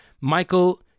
Michael